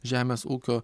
žemės ūkio